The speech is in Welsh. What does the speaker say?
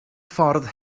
ffordd